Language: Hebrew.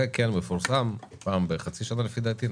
זה כן מפורסם פעם בחצי שנה, לפי דעתי,